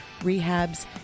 rehabs